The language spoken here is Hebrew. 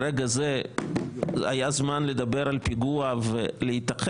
ברגע זה היה זמן לדבר על פיגוע ולהתאחד.